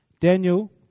Daniel